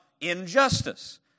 injustice